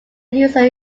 user